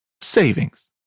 savings